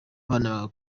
abana